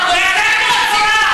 על שיתוף